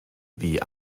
wie